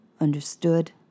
Understood